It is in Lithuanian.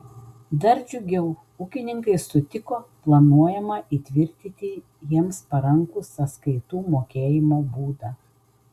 dar džiugiau ūkininkai sutiko planuojamą įtvirtinti jiems parankų sąskaitų mokėjimo būdą